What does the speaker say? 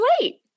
late